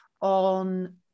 on